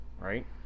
right